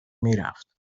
میرفت